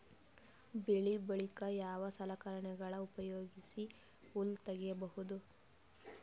ಬೆಳಿ ಬಳಿಕ ಯಾವ ಸಲಕರಣೆಗಳ ಉಪಯೋಗಿಸಿ ಹುಲ್ಲ ತಗಿಬಹುದು?